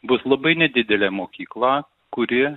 bus labai nedidelė mokykla kuri